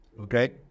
okay